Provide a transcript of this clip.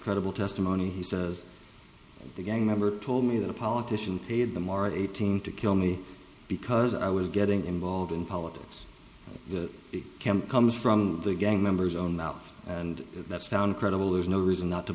credible testimony he says the gang member told me that a politician paid them or eighteen to kill me because i was getting involved in politics in the camp comes from the gang members own mouth and that's found credible there's no reason not to